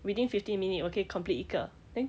within fifteen minute 我可以 complete 一个 then